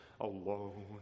alone